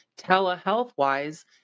telehealth-wise